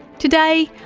today,